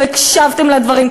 לא הקשבתם לדברים,